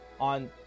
on